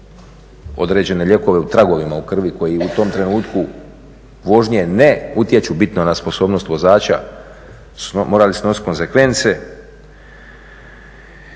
određene lijekove u tragovima u krvi koji u tom trenutku vožnje ne utječu bitno na sposobnost vozača morali su snositi konzekvence.